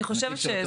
אני חושבת,